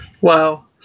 Wow